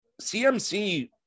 CMC